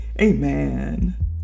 Amen